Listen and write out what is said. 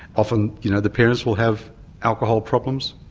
often you know the parents will have alcohol problems,